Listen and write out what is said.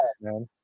man